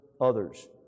others